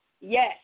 Yes